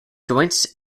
joints